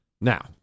Now